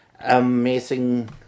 amazing